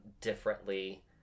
differently